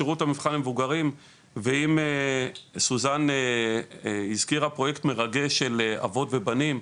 שירות המבחן למבוגרים ואם סוזן הזכירה פרויקט מרגש של אבות ובנים,